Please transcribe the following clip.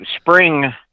spring